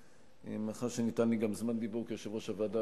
מאחר שניתן לי גם זמן דיבור כיושב-ראש הוועדה,